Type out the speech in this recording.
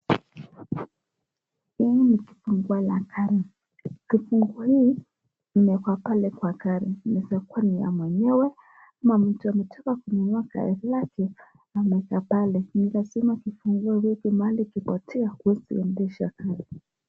Hii ni kifunguo ya gaari .Kufunguo hii imewekwa pale kwa gari inaweza kuwa ni ya mwenyewe ama mtu ametoka kununua gari lake ameweka pale ni lazima kifungo liwekwe maana ikipotea huwezi anzisha gari.